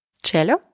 cello